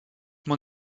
m’en